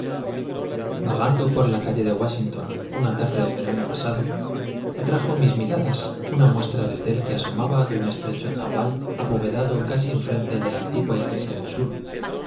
vagando por la calle de wáshington una tarde del verano pasado atrajo mis miradas una muestra de hotel que asomaba de un estrecho zaguán abovedado casi en frente de la antigua iglesia del sur la